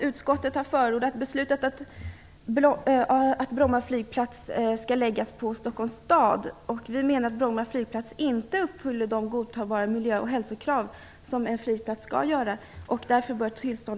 Utskottet har förordat att Bromma flygplats skall läggas över till Stockholms stad. Vi menar att Bromma flygplats inte uppfyller godtagbara miljö och hälsokrav för en flygplats och att tillståndet därför bör dras in.